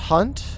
Hunt